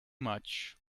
much